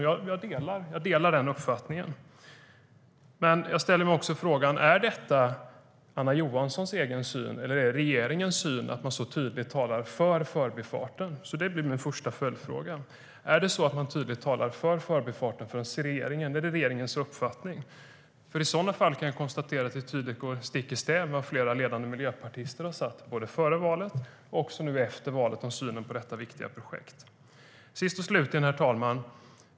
Jag delar den uppfattningen. Men jag ställer mig också frågan: Är detta Anna Johanssons egen syn, eller är det regeringens syn när hon så tydligt talar för Förbifarten? Det blir min första följdfråga. Herr talman!